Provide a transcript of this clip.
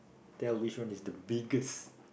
tell which one is the biggest